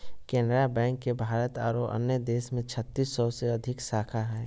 Canara bank के भारत आरो अन्य देश में छत्तीस सौ से अधिक शाखा हइ